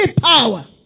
power